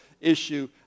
issue